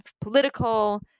political